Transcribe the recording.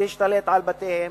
להשתלט על בתיהם,